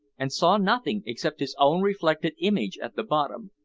and saw nothing except his own reflected image at the bottom.